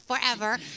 forever